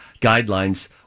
guidelines